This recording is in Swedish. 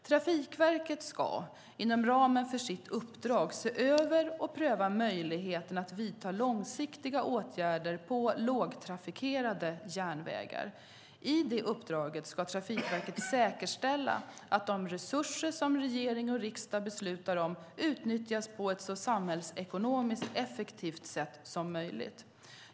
Trafikverket ska inom ramen för sitt uppdrag se över och pröva möjligheterna att vidta långsiktiga åtgärder på lågtrafikerade järnvägar. I det uppdraget ska Trafikverket säkerställa att de resurser som regering och riksdag beslutar om, utnyttjas på ett så samhällsekonomiskt effektivt sätt som möjligt.